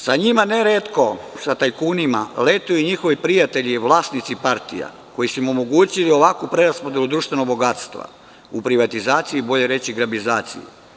Sa njima ne retko, sa tajkunima, letuju i njihovi prijatelji, vlasnici partija koji su im omogućili ovakvu preraspodelu društvenog bogatstva u privatizaciji, bolje reći grabizaciji.